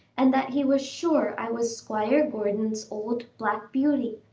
and that he was sure i was squire gordon's old black beauty.